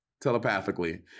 Telepathically